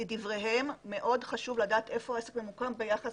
לדבריהם מאוד חשוב לדעת היכן העסק ממוקם ביחס